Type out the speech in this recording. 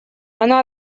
она